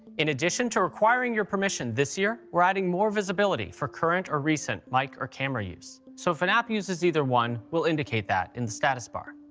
in addition to requiring your permission, this year we're adding more visibility for current or recent mic like or camera use. so if an app uses either one, we'll indicate that in the status bar.